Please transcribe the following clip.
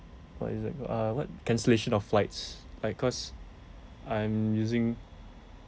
what is that uh what cancellation of flights like cause I'm using